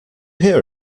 hear